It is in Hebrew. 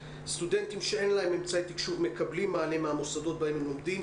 סטודנטים שאין להם אמצעי תקשוב מקבלים מענה מהמוסדות בהם הם לומדים.